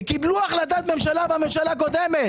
קיבלו החלטת ממשלה בממשלה הקודמת